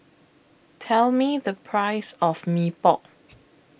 Tell Me The Price of Mee Pok